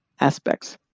aspects